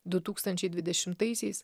du tūkstančiai dvidešimtaisiais